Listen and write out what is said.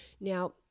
Now